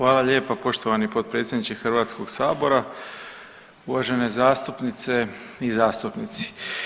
Hvala lijepa poštovani potpredsjedniče Hrvatskog sabora, uvažene zastupnice i zastupnici.